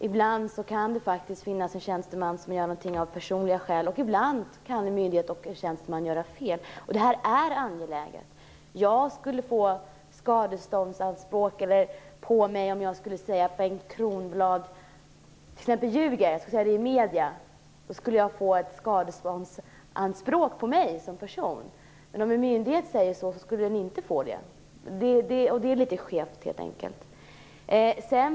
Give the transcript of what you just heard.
Ibland kan en tjänsteman göra någonting av personliga skäl. Ibland kan en myndighet och en tjänsteman göra fel. Detta är angeläget. Jag skulle få skadeståndsanspråk på mig som person om jag t.ex. skulle säga att Bengt Kronblad ljuger i medierna. Om en myndighet säger så skulle den inte få det. Det är litet skevt.